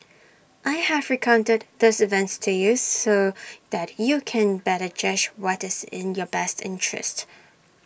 I have recounted these events to you so that you can better judge what is in your best interests